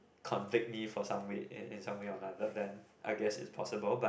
convict me for somewhere in somewhere or other then I guess is possible but